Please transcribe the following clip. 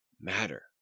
matter